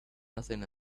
nothing